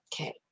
Okay